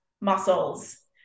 muscles